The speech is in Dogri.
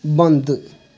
बंद